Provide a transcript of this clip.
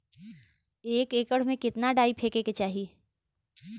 एक एकड़ में कितना डाई फेके के चाही?